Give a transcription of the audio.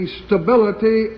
stability